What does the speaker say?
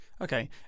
Okay